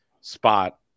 spot